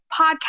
podcast